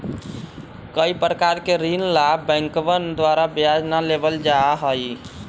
कई प्रकार के ऋण ला बैंकवन द्वारा ब्याज ना लेबल जाहई